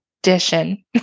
edition